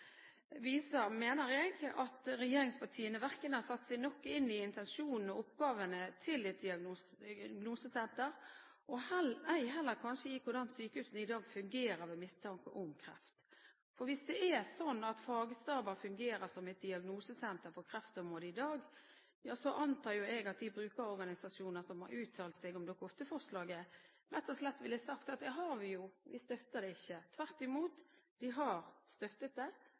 viser, mener jeg, at regjeringspartiene ikke har satt seg nok inn i intensjonen og oppgavene til et diagnosesenter, ei heller kanskje i hvordan sykehusene i dag fungerer ved mistanke om kreft. For hvis det er slik at fagstaber fungerer som et diagnosesenter på kreftområdet i dag, antar jeg at de brukerorganisasjoner som har uttalt seg om Dokument nr. 8-forslaget, rett og slett ville sagt at det har vi jo, vi støtter det ikke. De har tvert imot støttet det,